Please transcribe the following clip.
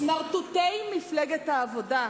סמרטוטי מפלגת העבודה,